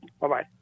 Bye-bye